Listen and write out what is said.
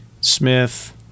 Smith